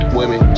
women